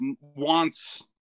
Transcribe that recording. wants